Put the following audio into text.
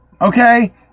Okay